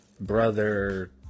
brother